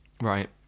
Right